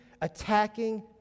attacking